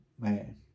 Man